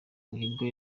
muhirwa